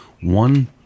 one